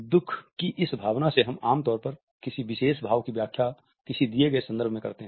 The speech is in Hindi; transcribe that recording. दुख की इस भावना से हम आम तौर पर किसी विशेष भाव की व्याख्या किसी दिए गए संदर्भ में करते हैं